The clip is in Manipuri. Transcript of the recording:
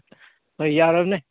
ꯍꯣꯏ ꯌꯥꯔꯕꯅꯦ